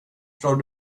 drar